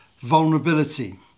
vulnerability